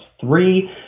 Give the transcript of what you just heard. three